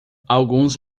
alguns